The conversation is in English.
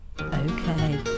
Okay